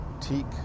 teak